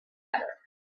better